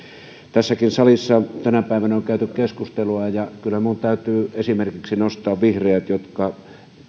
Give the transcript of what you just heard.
tässäkin salissa tänä päivänä on käyty keskustelua ja ja kyllä minun täytyy esimerkiksi nostaa vihreät jotka